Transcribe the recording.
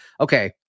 okay